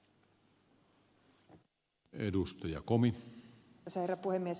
arvoisa herra puhemies